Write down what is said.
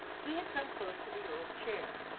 he had come close to the earl's chair,